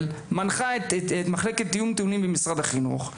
מנחה באופן כזה את מחלקת התיאומים של משרד החינוך.